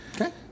Okay